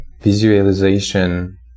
visualization